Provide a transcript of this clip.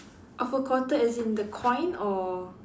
of a quarter as in the coin or